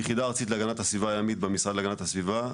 היחידה הארצית להגנת הסביבה הימית במשרד להגנת הסביבה,